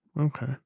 okay